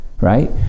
Right